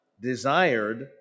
desired